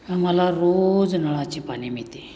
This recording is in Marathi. आम्हाला रोज नळाचे पाणी मिळते